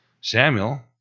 Samuel